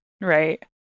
Right